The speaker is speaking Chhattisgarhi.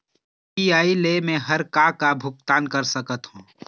यू.पी.आई ले मे हर का का भुगतान कर सकत हो?